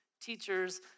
teachers